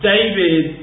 David